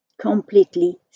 completely